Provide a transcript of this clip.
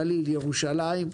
הגליל וירושלים,